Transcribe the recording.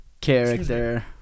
character